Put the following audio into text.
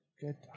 Good